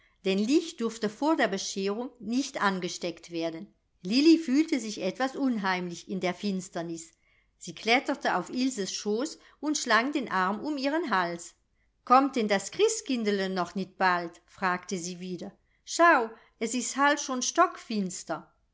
denn licht durfte vor der bescherung nicht angesteckt werden lilli fühlte sich etwas unheimlich in der finsternis sie kletterte auf ilses schoß und schlang den arm um ihren hals kommt denn das christkindl noch nit bald fragte sie wieder schau es ist halt schon